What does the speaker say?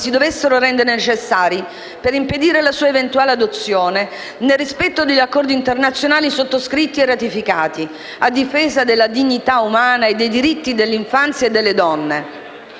si dovessero rendere necessari per impedire la sua eventuale adozione, nel rispetto degli accordi internazionali sottoscritti e ratificati a difesa della dignità umana e dei diritti dell'infanzia e delle donne».